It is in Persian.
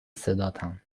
صداتم